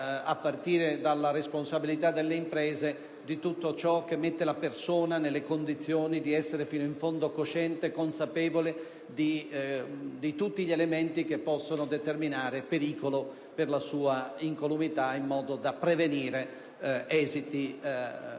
a partire dalla responsabilità delle imprese. Occorre mettere la persona nelle condizioni di essere fino in fondo cosciente e consapevole di tutti gli elementi che possono determinare pericolo per la sua incolumità, in modo da prevenire esiti